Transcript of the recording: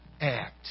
act